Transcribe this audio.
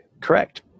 Correct